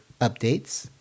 updates